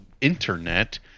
internet